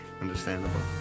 Understandable